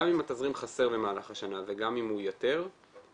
גם אם התזרים חסר במהלך השנה וגם אם הוא יותר משרד